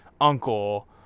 uncle